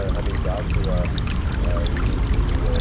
ah having gatua. read the.